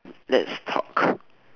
let's talk